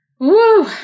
Woo